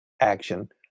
action